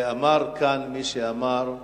ואמר כאן מי שאמר: